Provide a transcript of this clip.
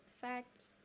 facts